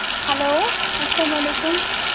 hello اَسلام علیکُم